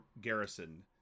garrison